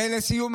ולסיום,